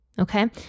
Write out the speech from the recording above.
Okay